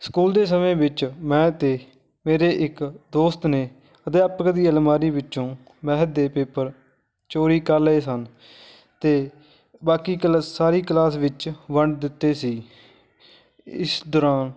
school ਦੇ ਸਮੇਂ ਵਿੱਚ ਮੈਂ ਅਤੇ ਮੇਰੇ ਇੱਕ ਦੋਸਤ ਨੇ ਅਧਿਆਪਕ ਦੀ ਅਲਮਾਰੀ ਵਿੱਚੋਂ ਮੈਥ ਦੇ ਪੇਪਰ ਚੋਰੀ ਕਰ ਲਏ ਸਨ ਅਤੇ ਬਾਕੀ ਕਲ ਸਾਰੀ ਕਲਾਸ ਵਿੱਚ ਵੰਡ ਦਿੱਤੇ ਸੀ ਇਸ ਦੌਰਾਨ